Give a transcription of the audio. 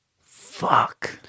Fuck